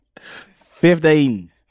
fifteen